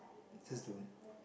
just don't